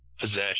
possession